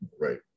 right